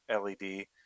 LED